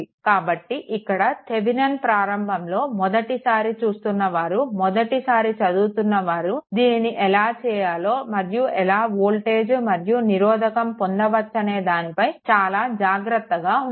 కాబట్టి ఇక్కడ థెవెనిన్ ప్రారంభంలో మొదటిసారి చూస్తున్న వారు మొదటిసారి చదువుతున్న వారు దీన్ని ఎలా చేయాలో మరియు ఎలా వోల్టేజ్ మరియు నిరోధకం పొందవచ్చనే దానిపై చాలా జాగ్రత్తగా ఉండాలి